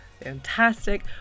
fantastic